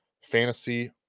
fantasy